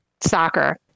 Soccer